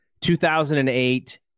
2008